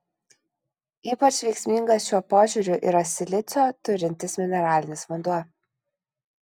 ypač veiksmingas šiuo požiūriu yra silicio turintis mineralinis vanduo